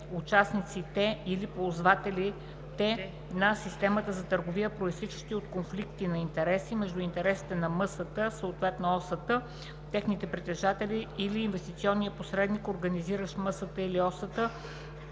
участниците или ползвателите на системата за търговия, произтичащи от конфликти на интереси между интересите на МСТ, съответно OCT, техните притежатели или инвестиционния посредник, организиращ МСТ или OCT,